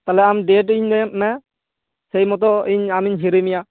ᱛᱟᱦᱚᱞᱮ ᱟᱢ ᱰᱮᱴ ᱞᱟ ᱭᱟᱹᱧ ᱢᱮ ᱥᱮ ᱤᱧ ᱢᱚᱛᱚ ᱟᱢᱤᱧ ᱦᱤᱨᱤ ᱢᱮᱭᱟ